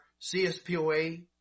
CSPOA